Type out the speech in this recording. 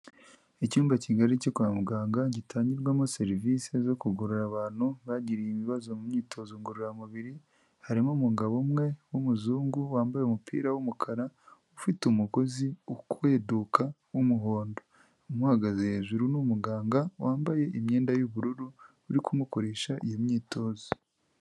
Icyumba kigari cyo kwa muganga, gitangirwamo serivise zo kugorora abantu bagiriye ibibazo mu myitozo ngororamubiri, harimo umugabo umwe w'umuzungu, wambaye umupira w'umukara, ufite umugozi ukweduka w'umuhondo. Umuhagaze hejuru ni umuganga, wambaye imyenda y'ubururu, uri kumukoresha iyo myitozo.